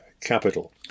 capital